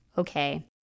Okay